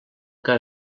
que